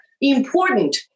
important